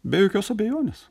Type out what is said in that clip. be jokios abejonės